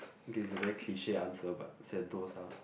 okay it's a very cliche answer but sentosa